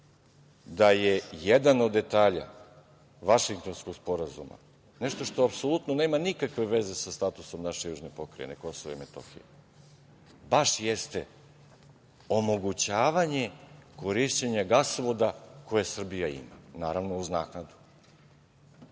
da je jedan od detalja Vašingtonskog sporazuma nešto što apsolutno nema nikakve veze sa statusom naše južne pokrajine Kosovo i Metohija, baš jeste omogućavanje korišćenja gasovoda koje Srbija ima, naravno, uz naknadu.